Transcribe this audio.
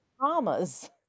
traumas